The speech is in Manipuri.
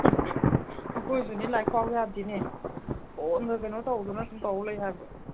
ꯑꯩꯈꯣꯏꯁꯨꯅꯤ ꯂꯥꯏꯔꯤꯛ ꯄꯥꯎ ꯌꯥꯗꯦꯅꯦ ꯐꯣꯟꯇ ꯀꯩꯅꯣ ꯇꯧꯗꯅ ꯁꯨꯝ ꯇꯧ ꯂꯩ ꯍꯥꯏꯕ